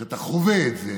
כשאתה חווה את זה